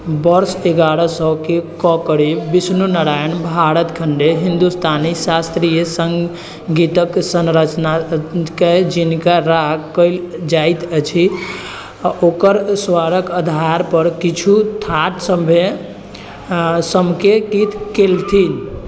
वर्ष एगारह सए के करीब विष्णु नारायण भातखंडे हिंदुस्तानी शास्त्रीय सङ्गीतक संरचनाके जनिका राग कहल जाइत अछि ओकर स्वरक आधार पर किछु थाटसभमे समकेकित केलथि